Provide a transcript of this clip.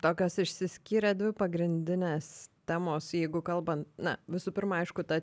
tokios išsiskyrė dvi pagrindinės temos jeigu kalbant na visų pirma aišku ta